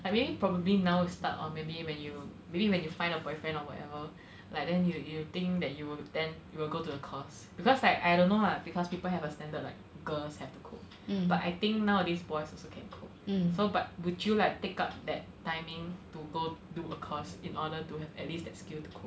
like maybe probably now start or maybe when you maybe when you find a boyfriend or whatever like then you you think that you will then you will go to the course because like I don't know lah because people have a standard like girls have to cook but I think nowadays boys also can cook so but would you like take up that timing to go do a course in order to have at least that skill to cook